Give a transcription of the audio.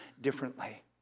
differently